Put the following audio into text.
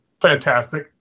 fantastic